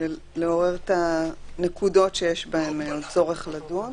כדי לעורר את הנקודות שיש בהן צורך לדון.